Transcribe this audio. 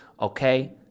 okay